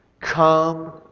Come